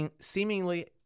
seemingly